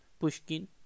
Pushkin